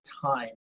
time